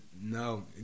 no